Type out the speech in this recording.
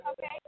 Okay